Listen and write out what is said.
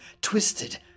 twisted